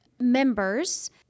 Members